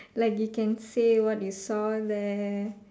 like you can say what you saw there